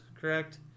correct